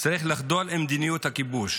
צריך לחדול ממדיניות הכיבוש